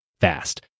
fast